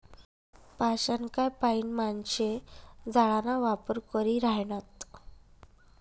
पाषाणकाय पाईन माणशे जाळाना वापर करी ह्रायनात